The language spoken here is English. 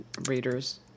readers